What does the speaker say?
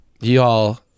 Y'all